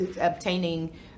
obtaining